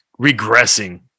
regressing